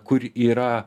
kur yra